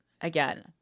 again